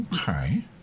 Okay